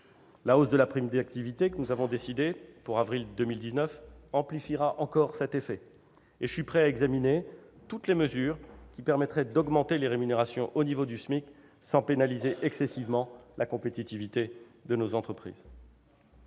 La hausse de la prime d'activité que nous avons décidée pour avril 2019 amplifiera encore cet effet. Je suis prêt à examiner toutes les mesures qui permettraient d'augmenter les rémunérations au niveau du SMIC sans pénaliser excessivement la compétitivité de nos entreprises.